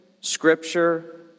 Scripture